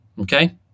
okay